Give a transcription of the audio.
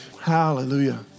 Hallelujah